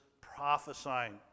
prophesying